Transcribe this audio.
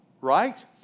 right